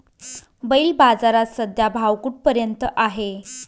बैल बाजारात सध्या भाव कुठपर्यंत आहे?